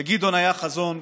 לגדעון היה חזון,